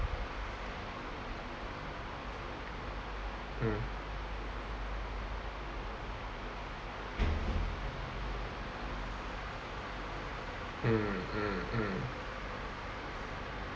mm mm mm mm